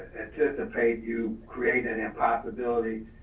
anticipate you create an impossibility.